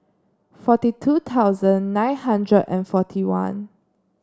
forty two thousand nine hundred and forty one